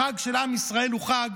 החג של עם ישראל הוא חג